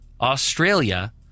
Australia